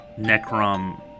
Necrom